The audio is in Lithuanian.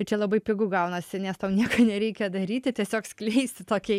ir čia labai pigu gaunasi nes tau nieko nereikia daryti tiesiog skleisti tokią